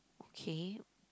okay